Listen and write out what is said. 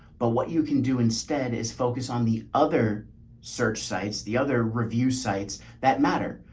but what you can do instead is focus on the other search sites. the other review sites that matter,